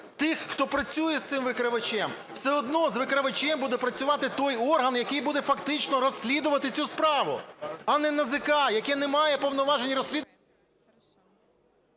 тих, хто працює з цим викривачем. Все одно з викривачем буде працювати той орган, який буде фактично розслідувати цю справу, а не НАЗК, яке не має повноважень розслідувати…